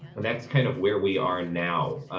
and that's kind of where we are now